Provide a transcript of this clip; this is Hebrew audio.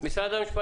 אין לו סמכות.